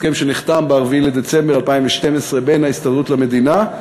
הסכם שנחתם ב-4 בדצמבר 2012 בין ההסתדרות למדינה,